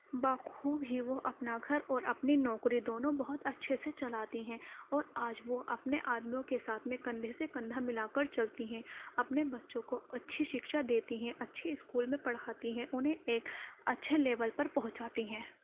با خوب ہی وہ اپنا گھر اور اپنی نوکری دونوں بہت اچھے سے چلاتی ہیں اور آج وہ اپنے آدمیوں کے ساتھ میں کندھے سے کندھا ملا کر چلتی ہیں اپنے بچوں کو اچھی شکچھا دیتی ہیں اچھے اسکول میں پڑھاتی ہیں انہیں ایک اچھا لیول پر پہنچاتی ہیں